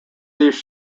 these